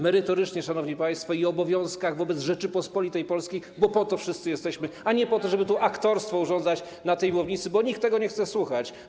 Merytorycznie, szanowni państwo, i o obowiązkach wobec Rzeczypospolitej Polskiej, bo po to wszyscy jesteśmy, a nie po to, żeby tu aktorstwo uprawiać na tej mównicy, bo nikt tego nie chce słuchać.